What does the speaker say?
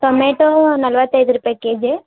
tomato ನಲವತ್ತೈದು ರೂಪಾಯಿ K G